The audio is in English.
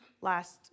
last